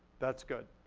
that's good.